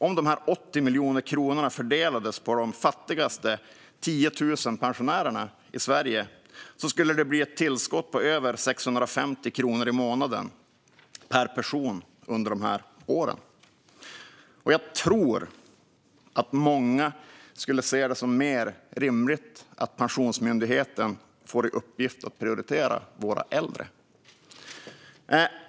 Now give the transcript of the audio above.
Om de här 80 miljoner kronorna fördelades på de 10 000 fattigaste pensionärerna i Sverige skulle det bli ett tillskott på över 650 kronor i månaden per person under de åren. Jag tror att många skulle se det som mer rimligt att Pensionsmyndigheten får i uppgift att prioritera våra äldre.